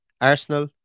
Arsenal